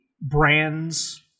brands